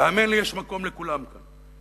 והאמן לי, יש מקום לכולם כאן.